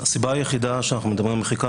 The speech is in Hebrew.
הסיבה היחידה שאנחנו מדברים על מחיקה,